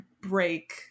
break